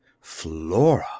Flora